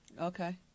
Okay